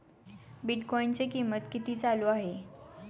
बिटकॉइनचे कीमत किती चालू आहे